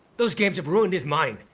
those games have ruined his mind.